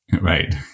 Right